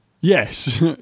Yes